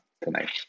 tonight